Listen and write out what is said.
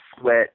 sweat